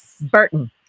Burton